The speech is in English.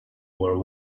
were